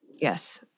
Yes